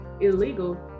illegal